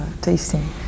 tasting